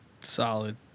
Solid